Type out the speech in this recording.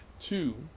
Two